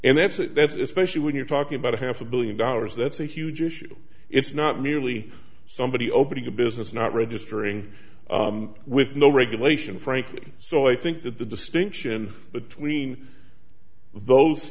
and that's it that's especially when you're talking about a half a billion dollars that's a huge issue it's not merely somebody opening a business not registering with no regulation frankly so i think that the distinction between those